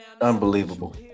Unbelievable